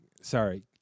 sorry